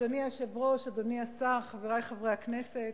אדוני היושב-ראש, אדוני השר, חברי חברי הכנסת,